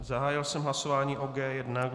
Zahájil jsem hlasování o G1.